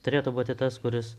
turėtų būti tas kuris